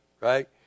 right